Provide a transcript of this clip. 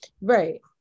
Right